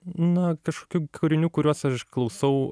na kažkokių kūrinių kuriuos aš klausau